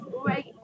great